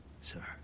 sir